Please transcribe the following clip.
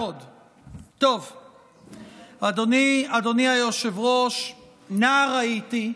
אדוני היושב-ראש, נער הייתי,